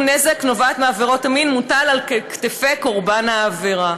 נזק הנובע מעבירות המין מוטל על כתפי קורבן העבירה.